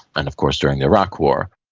and of course during the iraq war.